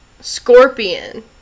Scorpion